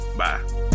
bye